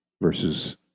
versus